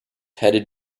headed